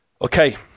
Okay